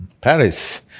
Paris